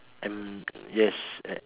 and yes